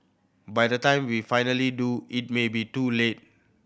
by the time we finally do it may be too late